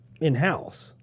in-house